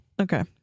Okay